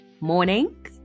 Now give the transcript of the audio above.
morning